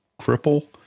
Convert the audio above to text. cripple